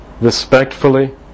respectfully